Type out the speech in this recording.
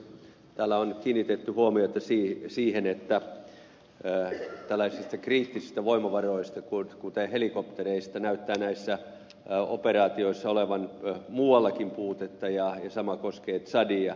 täällä on kiinnitetty huomiota siihen että tällaisista kriittisistä voimavaroista kuten helikoptereista näyttää näissä operaatioissa olevan muuallakin puutetta ja sama koskee tsadia